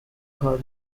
کار